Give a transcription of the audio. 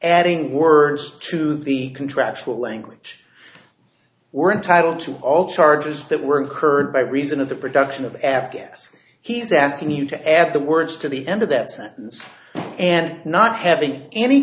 adding words to the contractual language we're entitled to all charges that were incurred by reason of the production of after he's asking you to add the words to the end of that sentence and not having any